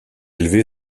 élevé